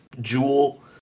jewel